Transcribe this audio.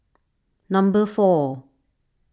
number four